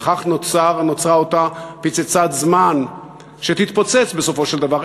וכך נוצרה אותה פצצת זמן שתתפוצץ בסופו של דבר,